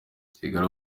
kigali